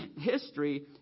history